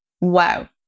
wow